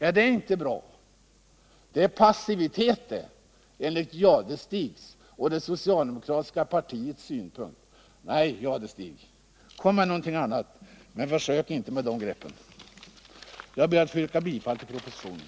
Men det tar Thure Jadestig och det socialdemokratiska partiet som utgångspunkt för anklagelser för passivitet. Nej, Thure Jadestig, det greppet håller inte. Jag ber att få yrka bifall till utskottets hemställan, som också innebär bifall till propositionen.